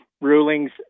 rulings